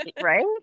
Right